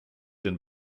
den